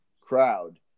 crowd